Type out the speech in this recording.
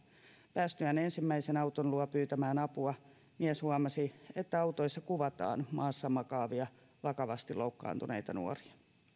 päästyään ensimmäisenä auton luo pyytämään apua mies huomasi että autoissa kuvataan maassa makaavia vakavasti loukkaantuneita nuoria